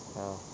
ya